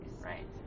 Right